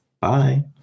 bye